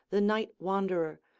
the night-wanderer,